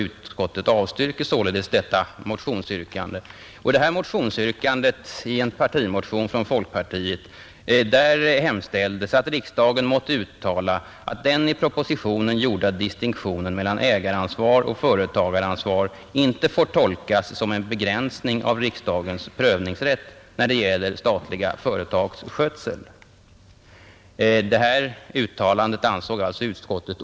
Utskottet avstyrker således detta motionsyrkande.” I detta motionsyrkande i en partimotion från folkpartiet hemställdes, att riksdagen måtte uttala att ”den i propositionen gjorda distinktionen mellan ägaransvar och företagaransvar inte får tolkas som en begränsning av riksdagens prövningsrätt när det gäller statliga företags skötsel”.